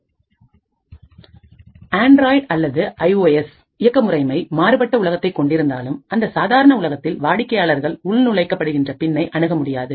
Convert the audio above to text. Android அல்லது iOS இயக்க முறைமை மாறுபட்ட உலகத்தை கொண்டிருந்தாலும் அந்த சாதாரண உலகத்தில் வாடிக்கையாளர்கள் உள்நுழைக படுகின்றன பின்னை அணுக முடியாது